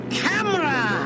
camera